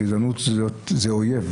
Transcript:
גזענות זה אויב,